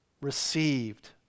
received